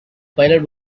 pilot